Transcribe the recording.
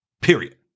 period